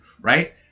right